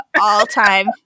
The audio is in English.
All-time